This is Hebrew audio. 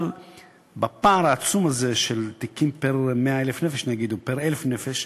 אבל בפער העצום הזה של תיקים פר-100,000 נפש או פר-1,000 נפש,